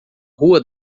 rua